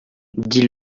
dis